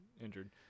injured